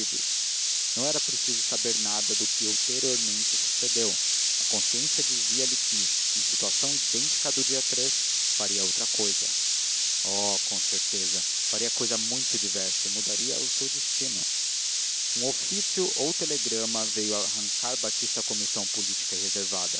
partidos não era preciso saber nada do que ulteriormente sucedeu a consciência dizia-lhe que em situação idêntica à do dia faria outra cousa oh com certeza faria cousa muito diversa e mudaria o seu destino um ofício ou telegrama veio arrancar batista à comissão política